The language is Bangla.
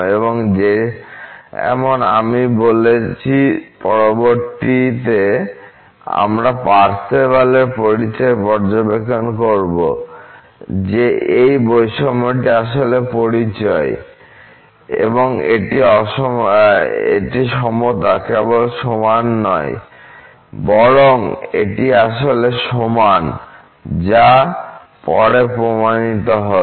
এবং যেমন আমি বলেছি পরবর্তীতে আমরা পার্সেভালের পরিচয়ে পর্যবেক্ষণ করব যে এই বৈষম্যটি আসলে পরিচয় এটি সমতা কেবল সমান নয় বরং এটি আসলে সমান যা পরে প্রমাণিত হবে